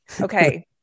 Okay